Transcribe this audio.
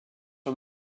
aux